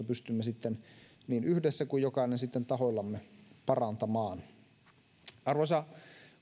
pystymme niin yhdessä kuin jokainen tahoillamme parantamaan arvoisa